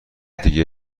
دیگه